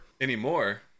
Anymore